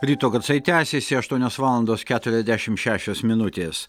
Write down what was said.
ryto garsai tęsiasi aštuonios valandos keturiasdešim šešios minutės